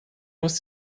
muss